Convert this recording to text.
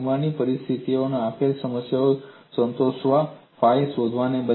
સીમાની પરિસ્થિતિઓની આપેલ સમસ્યાને સંતોષતા ફાઈ શોધવાને બદલે